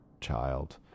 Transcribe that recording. child